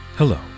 Hello